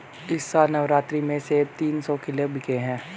इस साल नवरात्रि में सेब तीन सौ किलो बिके हैं